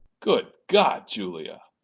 good god, julia!